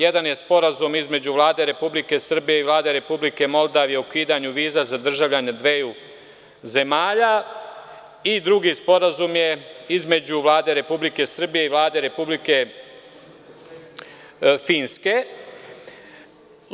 Jedan je Sporazum između Vlade Republike Srbije i Vlade Republike Moldavije o ukidanju viza za državljane dveju zemalja, a drugi Sporazum je između Vlade Republike Srbije i Vlade Republike Finske.